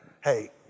Hey